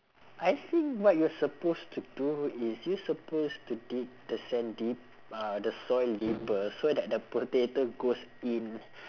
I think what you're supposed to do is you're supposed to dig the sand deep~ uh the soil deeper so that the potato goes in